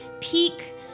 peak